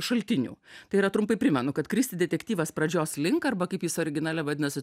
šaltinių tai yra trumpai primenu kad kristi detektyvas pradžios link arba kaip jis originale vadinasi